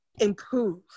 improve